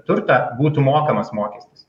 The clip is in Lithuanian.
turtą būtų mokamas mokestis